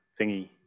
thingy